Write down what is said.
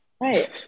Right